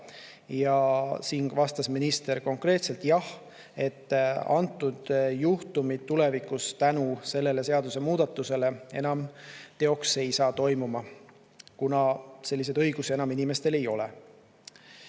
Ja siin vastas minister konkreetselt, et jah, sellised juhtumid tulevikus tänu sellele seadusemuudatusele enam toimuda ei saa, kuna selliseid õigusi enam inimestel ei ole.